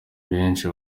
benshi